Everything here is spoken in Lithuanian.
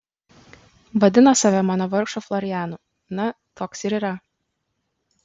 vadina save mano vargšu florianu na toks ir yra